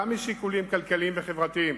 גם משיקולים כלכליים וחברתיים,